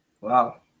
Wow